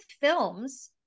films